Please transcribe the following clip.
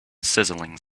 sizzling